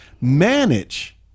Manage